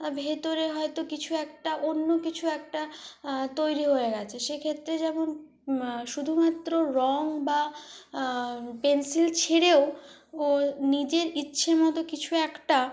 ভিতরে হয়তো কিছু একটা অন্য কিছু একটা তৈরি হয়ে গিয়েছে সে ক্ষেত্রে যেমন শুধুমাত্র রং বা পেনসিল ছেড়েও নিজের ইচ্ছে মতো কিছু একটা